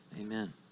amen